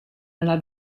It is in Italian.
nella